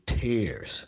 tears